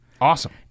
Awesome